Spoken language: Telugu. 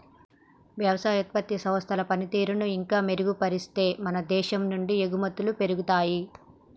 వ్యవసాయ ఉత్పత్తి సంస్థల పనితీరును ఇంకా మెరుగుపరిస్తే మన దేశం నుండి ఎగుమతులు పెరుగుతాయి